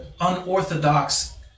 unorthodox